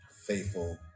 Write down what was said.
faithful